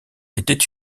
était